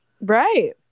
Right